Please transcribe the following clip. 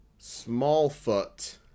Smallfoot